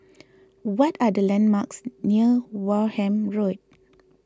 what are the landmarks near Wareham Road